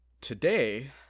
Today